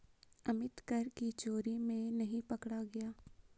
अमित कर की चोरी में नहीं पकड़ा गया